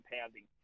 pounding